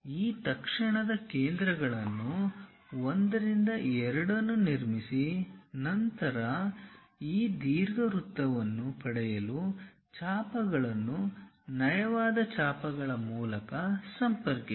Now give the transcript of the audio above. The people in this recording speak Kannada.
ಈ ತಕ್ಷಣದ ಕೇಂದ್ರಗಳನ್ನು 1 2 ನಿರ್ಮಿಸಿ ನಂತರ ಈ ದೀರ್ಘವೃತ್ತವನ್ನು ಪಡೆಯಲು ಚಾಪಗಳನ್ನು ನಯವಾದ ಚಾಪಗಳ ಮೂಲಕ ಸಂಪರ್ಕಿಸಿ